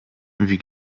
wie